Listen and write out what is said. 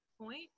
point